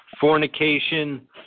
fornication